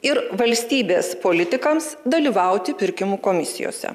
ir valstybės politikams dalyvauti pirkimų komisijose